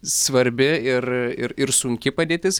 svarbi ir ir ir sunki padėtis